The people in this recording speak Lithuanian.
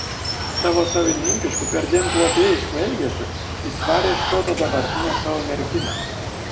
savo savininkišku perdėm globėjišku elgesiu jis varė iš proto dabartinę savo merginą